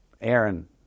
Aaron